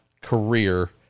career